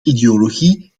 ideologie